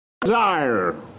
desire